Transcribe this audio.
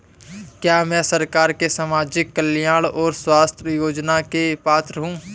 क्या मैं सरकार के सामाजिक कल्याण और स्वास्थ्य योजना के लिए पात्र हूं?